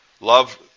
Love